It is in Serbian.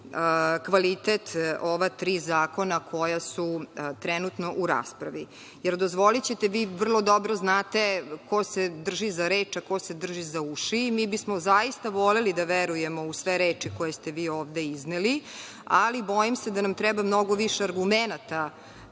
kvalitet ova tri zakona koja su trenutno u raspravi. Dozvolićete, vi vrlo dobro znate ko se drži za reč a ko se drži za uši. Mi bismo zaista voleli da verujemo u sve reči koje ste vi ovde izneli, ali bojim se da nam treba mnogo više argumenata